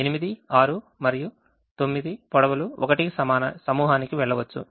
8 6 మరియు 9 పొడవులు 1 సమూహానికి వెళ్ళవచ్చు